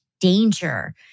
danger